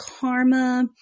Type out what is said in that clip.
karma